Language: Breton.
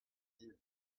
din